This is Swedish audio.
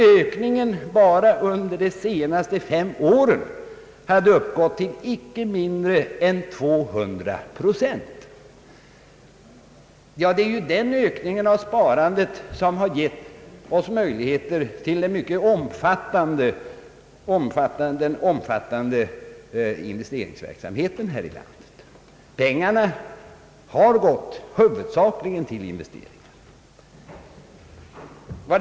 Ökningen enbart under de senaste fem åren har uppgått till inte mindre än 200 procent. Det är den ökningen av sparandet som gett oss möjlighet till en mycket omfattande investeringsverksamhet här i landet. Pengarna har nämligen huvudsakligen gått till investeringar.